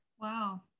Wow